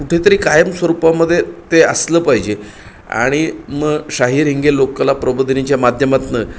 कुठे तरी कायम स्वरूपामधे ते असलं पाहिजे आणि मग शाहीर हिंगे लोककला प्रबोधिनीच्या माध्यमातून